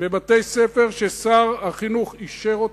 בבתי-ספר ששר החינוך אישר אותם,